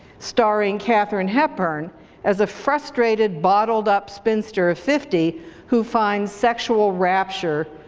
starring katharine hepburn as a frustrated bottled up spinster of fifty who finds sexual rapture,